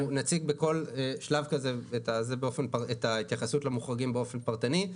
אנחנו נציג בכל שלב זה את ההתייחסות למוחרגים באופן פרטני,